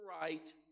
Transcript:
right